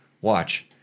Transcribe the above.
Watch